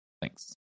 Thanks